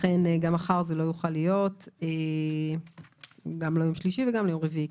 לכן גם מחר זה לא יוכל להיות וגם לא בימים שלישי ורביעי.